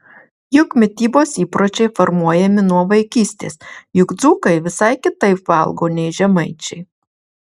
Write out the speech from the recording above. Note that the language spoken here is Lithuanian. juk mitybos įpročiai formuojami nuo vaikystės juk dzūkai visai kitaip valgo nei žemaičiai